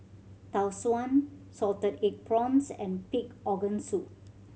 Tau Suan salted egg prawns and pig organ soup